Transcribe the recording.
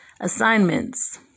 assignments